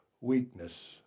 weakness